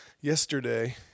yesterday